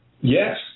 Yes